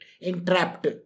entrapped